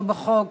לא בחוק